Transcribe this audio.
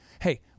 Hey